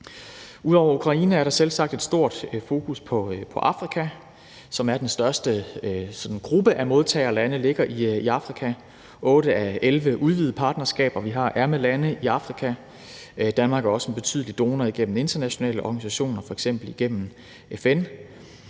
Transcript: Ud over Ukraine er der selvsagt et stort fokus på Afrika, og den største gruppe af modtagerlande ligger i Afrika. 8 ud af de 11 udvidede partnerskaber, vi har, er med lande i Afrika. Danmark er også en betydelig donor igennem internationale organisationer, f.eks. igennem FN.